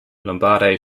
lombardo